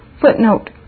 Footnote